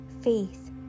faith